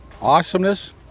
Awesomeness